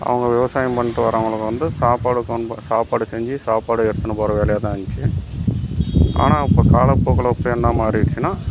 அவங்க விவசாயம் பண்ணிட்டு வரவங்களுக்கு வந்து சாப்பாடு கொண்டு சாப்பாடு செஞ்சு சாப்பாடு எடுத்துன்னு போகிற வேலையாக தான் இருந்துச்சு ஆனால் இப்போ காலப்போக்கில் இப்போ என்ன மாறிடுச்சுனா